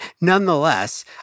Nonetheless